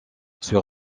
sur